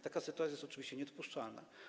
Taka sytuacja jest oczywiście niedopuszczalna.